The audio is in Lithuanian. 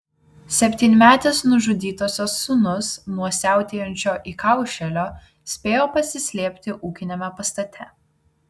septynmetis nužudytosios sūnus nuo siautėjančio įkaušėlio spėjo pasislėpti ūkiniame pastate